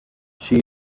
she